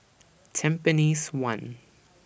Tampines one